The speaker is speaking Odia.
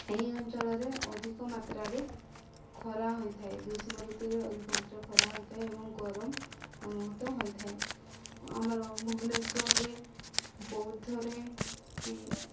ଏହି ଅଞ୍ଚଳରେ ଅଧିକ ମାତ୍ରାରେ ଖରା ହୋଇଥାଏ ଗ୍ରୀଷ୍ମ ଋତୁରେ ଅଧିକ ମାତ୍ରାରେ ଖରା ହୋଇଥାଏ ଏବଂ ଗରମ ଅନୁଭୂତ ହୋଇଥାଏ ଆମର ଭୁବନେଶ୍ୱରରେ ବୌଦ୍ଧରେ